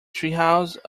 treehouse